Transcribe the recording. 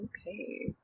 Okay